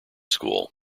school